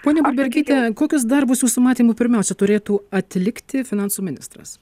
ponia budbergyte kokius darbus jūsų matymu pirmiausia turėtų atlikti finansų ministras